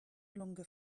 longer